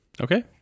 Okay